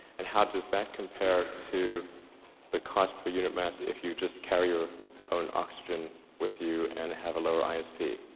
and how does that compare to the cost per unit mass if you just carry your own oxygen with you and have a lower isp